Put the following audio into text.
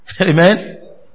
Amen